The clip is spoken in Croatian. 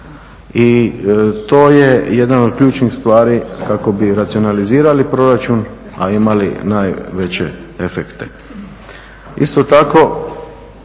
i to je jedna od ključnih stvari kako bi racionalizirali proračun, a imali najveće efekte. Isto tako